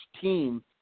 team